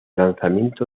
lanzamiento